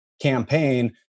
campaign